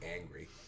angry